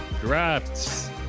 drafts